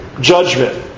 judgment